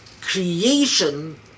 creation